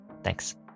Thanks